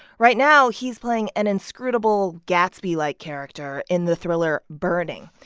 right now, he's playing an inscrutable gatsby-like character in the thriller burning.